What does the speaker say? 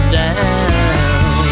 down